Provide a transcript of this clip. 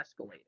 escalating